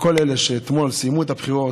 לכל אלה שאתמול סיימו את הבחירות,